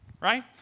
right